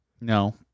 No